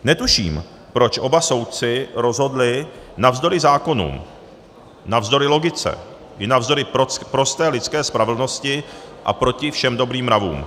Netuším, proč oba soudci rozhodli navzdory zákonům, navzdory logice i navzdory prosté lidské spravedlnosti a proti všem dobrým mravům.